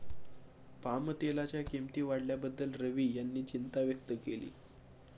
पामतेलाच्या किंमती वाढल्याबद्दल रवी यांनी चिंता व्यक्त केली